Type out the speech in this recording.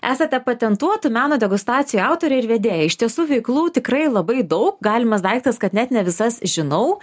esate patentuotų meno degustacijų autorė ir vedėja iš tiesų veiklų tikrai labai daug galimas daiktas kad net ne visas žinau